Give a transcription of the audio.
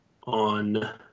on